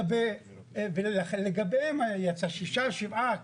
ולגביהם זה יצא, שישה-שבעה.